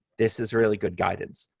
this is really good guidance.